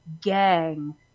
gang